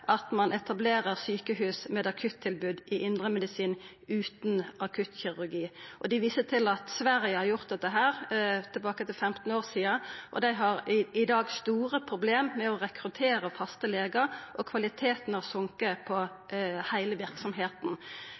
at man etablerer sykehus med akutt-tilbud i indremedisin uten akutt kirurgi». Dei viser til at Sverige har gjort dette heilt sidan for 15 år sidan, og dei har i dag store problem med å rekruttera faste legar, og kvaliteten har gått ned på heile